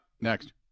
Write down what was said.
next